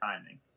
timing